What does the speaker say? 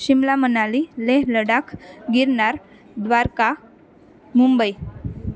Shimla Manali Leh Ladakh Girnar Dwarka Mumbai